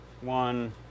one